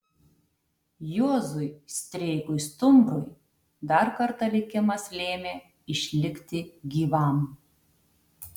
juozui streikui stumbrui dar kartą likimas lėmė išlikti gyvam